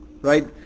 right